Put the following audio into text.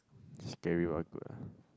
scary but good ah